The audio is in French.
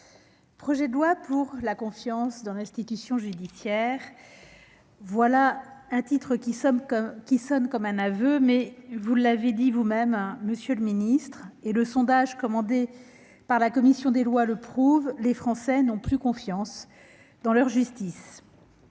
Projet de loi pour la confiance dans l'institution judiciaire »: voilà un titre qui sonne comme un aveu ! Mais vous l'avez dit vous-même, monsieur le garde des sceaux, et le sondage commandé par la commission des lois le prouve : les Français n'ont plus confiance dans leur justice.